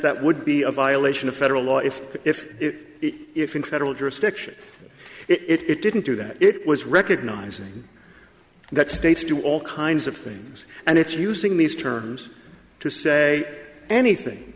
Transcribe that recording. that would be a violation of federal law if if it if in federal jurisdiction it didn't do that it was recognizing that states do all kinds of things and it's using these terms to say anything